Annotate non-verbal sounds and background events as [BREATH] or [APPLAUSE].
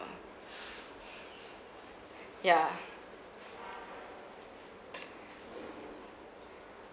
[BREATH] yeah